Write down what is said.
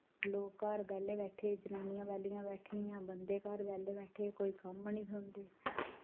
लोक घर बैल्ले बैठे दे जनानियां बैल्लियां बैठी दियां बंदे घर बैल्ले बैठे कोई कम्म नेईं थ्होंदे